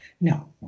no